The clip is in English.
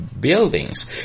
buildings